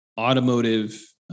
automotive